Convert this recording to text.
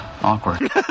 awkward